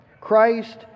Christ